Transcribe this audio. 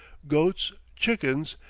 goats, chickens,